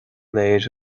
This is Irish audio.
léir